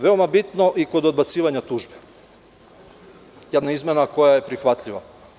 Veoma bitna izmena kod odbacivanja tužbi, jedna izmena koja je prihvatljiva.